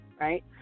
right